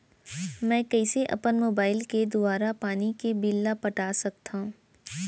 मैं कइसे अपन मोबाइल के दुवारा पानी के बिल ल पटा सकथव?